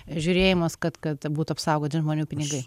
ir žiūrėjimas kad kad būtų apsaugoti žmonių pinigai